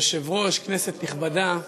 היושב-ראש, כנסת נכבדה,